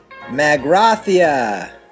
Magrathia